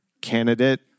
candidate